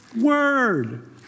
word